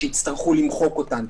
שיצטרכו למחוק אותן,